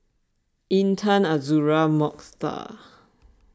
Intan Azura Mokhtar